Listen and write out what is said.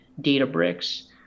databricks